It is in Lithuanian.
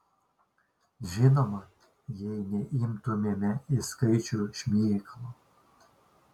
žinoma jei neimtumėme į skaičių šmėklų